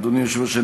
אדוני היושב-ראש,